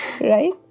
Right